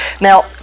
Now